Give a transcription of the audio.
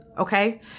Okay